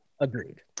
agreed